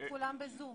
הם כולם ב-זום.